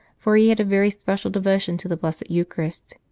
for he had a very special devotion to the blessed eucharist.